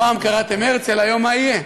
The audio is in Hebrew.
פעם קראתם "הרצל", היום מה יהיה?